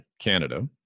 Canada